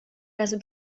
razy